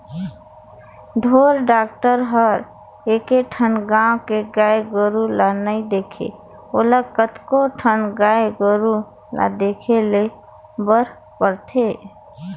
ढोर डॉक्टर हर एके ठन गाँव के गाय गोरु ल नइ देखे ओला कतको ठन गाय गोरु ल देखे बर परथे